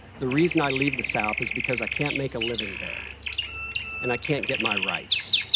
the reason i leave the south is because i can't make a living there and i can't get my rights.